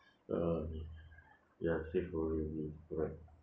uh ya same for me also correct